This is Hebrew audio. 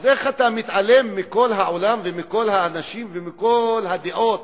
איך אתה מתעלם מכל העולם ומכל האנשים ומכל הדעות